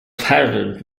patterned